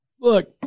Look